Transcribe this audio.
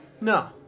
No